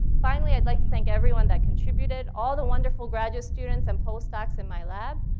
finally, i'd like to thank everyone that contributed, all the wonderful graduate students and postdocs in my lab,